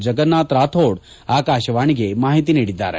ಜಗನ್ನಾಥ್ ರಾಥೋಡ್ ಆಕಾಶವಾಣಿಗೆ ಮಾಹಿತಿ ನೀಡಿದ್ದಾರೆ